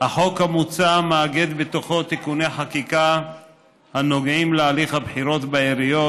החוק המוצע מאגד תיקוני חקיקה הנוגעים להליך הבחירות בעיריות,